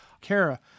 Kara